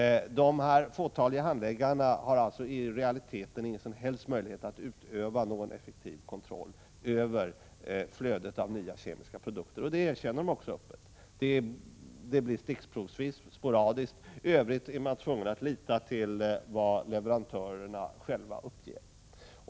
De fåtaliga handläggarna har i realiteten ingen som helst möjlighet att utöva någon effektiv kontroll över flödet av nya kemiska produkter. Det erkänner de också öppet. Det blir en kontroll som sker stickprovsvis och sporadiskt. I övrigt är man tvungen att lita till vad leverantörerna själva uppger.